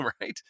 right